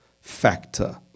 factor